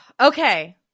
Okay